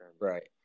right